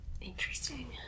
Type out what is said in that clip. Interesting